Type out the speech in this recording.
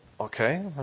okay